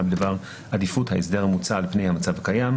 בדבר עדיפות ההסדר המוצע על פני המצב הקיים.